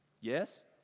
Yes